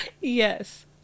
Yes